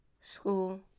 school